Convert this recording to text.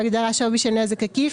בהגדרה "שווי של נזק עקיף",